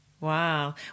Wow